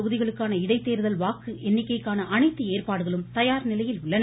தொகுதிகளுக்கான இடைத்தேர்தல் வாக்கு எண்ணிக்கைக்கான அனைத்து ஏற்பாடுகளும் தயார் நிலையில் உள்ளன